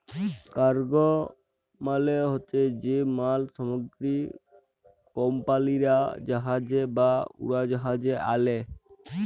cargo মালে হছে যে মাল সামগ্রী কমপালিরা জাহাজে বা উড়োজাহাজে আলে